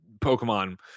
Pokemon